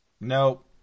Nope